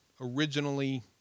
originally